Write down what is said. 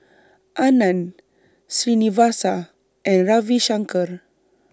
Anand Srinivasa and Ravi Shankar